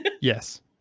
Yes